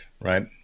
right